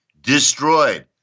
destroyed